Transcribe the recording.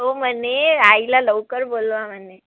तो म्हणे आईला लवकर बोलवा म्हणे